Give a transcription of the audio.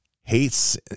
hates